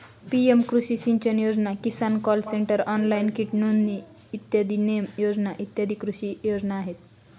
PM Krishi Sinchan Yojana, Kisan call centre, online कीट नोंदणी, e NAM योजना इ कृषी योजना आहेत